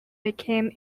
became